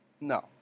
No